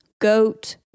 goat